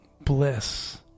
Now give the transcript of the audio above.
bliss